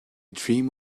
dream